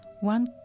One